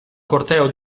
corteo